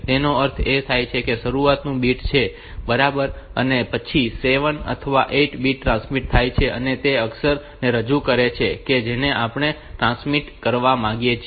તેનો અર્થ એ કે આ શરૂઆતનું બીટ છે બરાબર અને પછી 7 અથવા 8 બિટ્સ ટ્રાન્સમિટ થાય છે અને તે એ અક્ષર ને રજૂ કરે છે કે જેને આપણે ટ્રાન્સમિટ કરવા માંગીએ છીએ